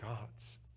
gods